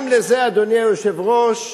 גם לזה, אדוני היושב-ראש,